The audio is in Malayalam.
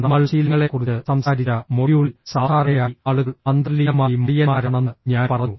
നമ്മൾ ശീലങ്ങളെക്കുറിച്ച് സംസാരിച്ച മൊഡ്യൂളിൽ സാധാരണയായി ആളുകൾ അന്തർലീനമായി മടിയന്മാരാണെന്ന് ഞാൻ പറഞ്ഞു